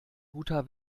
guter